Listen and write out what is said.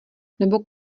nebo